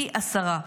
פי עשרה.